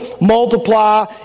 multiply